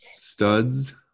studs